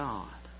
God